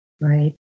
right